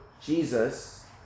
jesus